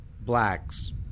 blacks